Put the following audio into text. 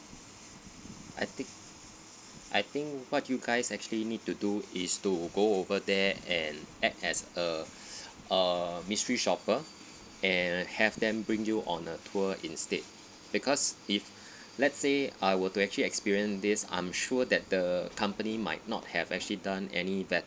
I think I think what you guys actually need to do is to go over there and act as err a mystery shopper and have them bring you on a tour instead because if let's say I were to actually experience this I'm sure that the company might not have actually done any